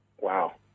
Wow